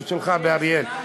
הצרה, היישוב שלך באריאל.